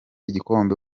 igikombe